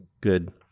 good